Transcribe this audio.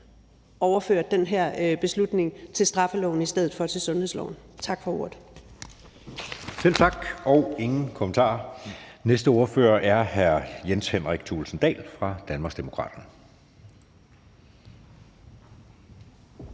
overført den her beslutning til straffeloven i stedet for til sundhedsloven. Tak for ordet. Kl. 10:15 Anden næstformand (Jeppe Søe): Selv tak. Der er ingen kommentarer. Den næste ordfører er hr. Jens Henrik Thulesen Dahl fra Danmarksdemokraterne.